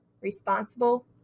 responsible